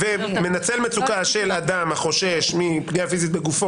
אז את אומרת: מנצל מצוקה של אדם החושש מפגיעה פיזית בגופו,